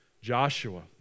Joshua